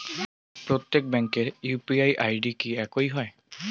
প্রত্যেক ব্যাংকের UPI ID কি একই হয়?